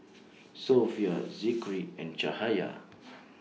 Sofea Zikri and